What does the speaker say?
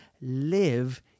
live